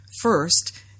First